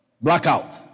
Blackout